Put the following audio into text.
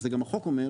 ואת זה גם החוק אומר,